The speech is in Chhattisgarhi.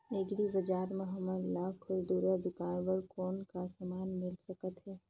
एग्री बजार म हमन ला खुरदुरा दुकान बर कौन का समान मिल सकत हे?